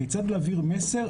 כיצד להעביר מסר?